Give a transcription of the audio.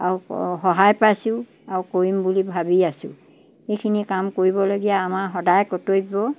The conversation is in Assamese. আৰু সহায় পাইছোঁ আৰু কৰিম বুলি ভাবি আছোঁ সেইখিনি কাম কৰিবলগীয়া আমাৰ সদায় কৰ্তব্য